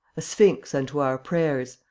a sphinx unto our prayers,